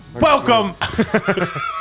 Welcome